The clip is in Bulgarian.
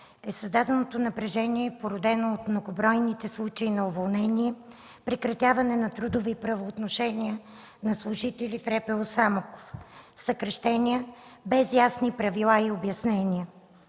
е създаденото напрежение, породено от многобройните случаи на уволнения, прекратяване на трудови правоотношения на служители в РПУ – Самоков. Съкращения без ясни правила и обяснения.